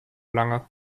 lange